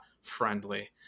friendly